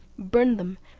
burn them,